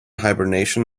hibernation